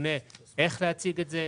הממונה איך להציג את זה.